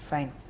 Fine